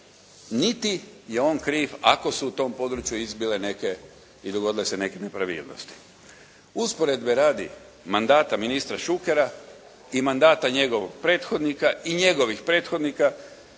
niti je on kriv ako su u tom području izbile neke i dogodile se neke nepravilnosti. Usporedbe radi mandata ministra Šukera i mandata njegovog prethodnika i njegovih prethodnika